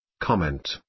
Comment